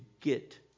get